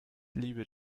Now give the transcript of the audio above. liebe